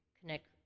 connect